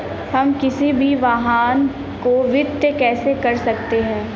हम किसी भी वाहन को वित्त कैसे कर सकते हैं?